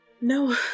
No